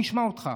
נשמע אותך.